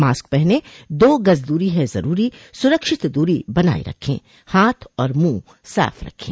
mask पहनें दो गज़ दूरी है ज़रूरी सुरक्षित दूरी बनाए रखें हाथ और मुंह साफ़ रखें